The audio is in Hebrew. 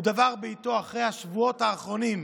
הוא דבר בעיתו אחרי השבועות האחרונים.